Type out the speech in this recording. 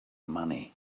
money